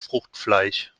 fruchtfleisch